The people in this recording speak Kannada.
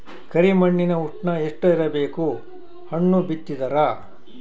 ಕರಿ ಮಣ್ಣಿನ ಉಷ್ಣ ಎಷ್ಟ ಇರಬೇಕು ಹಣ್ಣು ಬಿತ್ತಿದರ?